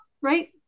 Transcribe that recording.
right